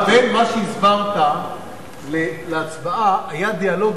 אבל בין מה שהסברת להצבעה היה דיאלוג